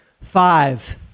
Five